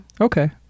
Okay